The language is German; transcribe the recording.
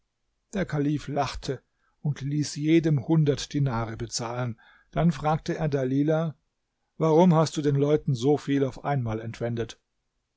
der kalif lachte und ließ jedem hundert dinare bezahlen dann fragte er dalilah warum hast du den leuten so viel auf einmal entwendet